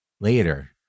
Later